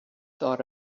thought